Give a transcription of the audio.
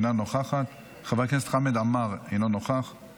אינה נוכחת, חבר הכנסת חמד עמאר, אינו נוכח,